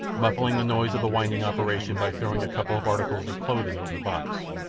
muffling the noise of the winding operation by throwing a couple of articles of clothing over the box.